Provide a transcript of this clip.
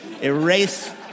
erase